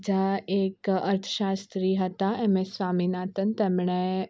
બીજા એક અર્થશાસ્ત્રી હતા એમએ સ્વામીનાથન તેમણે